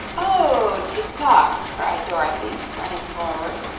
oh, tik-tok! cried dorothy, running forward.